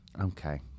Okay